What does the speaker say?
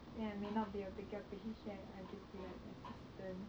then I may not be a baker pastry chef I just be like assistant